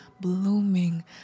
Blooming